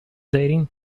dating